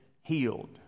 healed